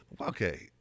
Okay